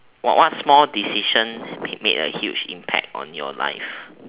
what what small decision may make a huge impact on your life